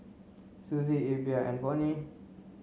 Sussie Evia and Vonnie